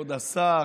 כבוד השר,